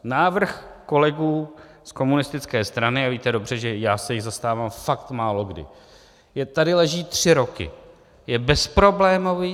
Návrh kolegů z komunistické strany, a víte dobře, že já se jich zastávám fakt málokdy, tady leží tři roky, je bezproblémový.